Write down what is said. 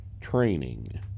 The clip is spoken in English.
training